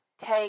take